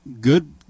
good